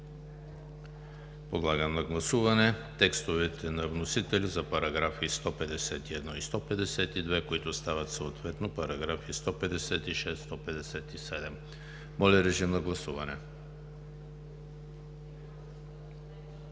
Подлагам на гласуване текстовете на вносителя за параграфи 151 и 152, които стават съответно параграфи 156 и 157. Гласували